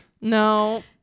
No